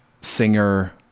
singer